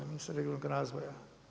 Ministar regionalnog razvoja.